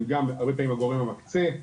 הם גם הרבה פעמים הגורם המקצה,